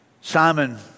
Simon